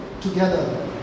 together